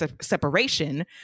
separation